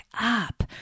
up